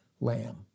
lamb